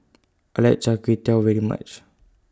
I like Char Kway Teow very much